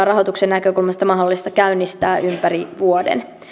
rahoituksen näkökulmasta mahdollista käynnistää ympäri vuoden